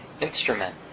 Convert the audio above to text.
instrument